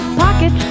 pocket